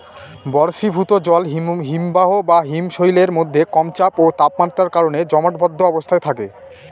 বরফীভূত জল হিমবাহ বা হিমশৈলের মধ্যে কম চাপ ও তাপমাত্রার কারণে জমাটবদ্ধ অবস্থায় থাকে